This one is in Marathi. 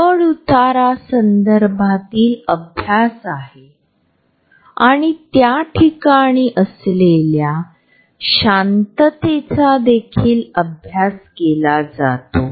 स्वतःच्या वैयक्तिक जागेवरील कोणत्याही चर्चेत आवाज आणि स्पर्श यांचे महत्त्व देखील अधोरेखित केले जाते